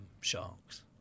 Sharks